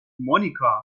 مونیکا